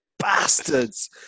bastards